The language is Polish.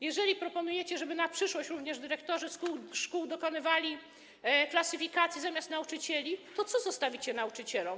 Jeżeli proponujecie, żeby w przyszłości dyrektorzy szkół dokonywali klasyfikacji zamiast nauczycieli, to co zostawiacie nauczycielom?